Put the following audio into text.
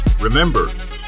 Remember